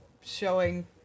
showing